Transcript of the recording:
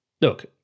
look